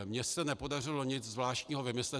Mně se nepodařilo nic zvláštního vymyslet.